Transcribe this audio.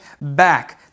back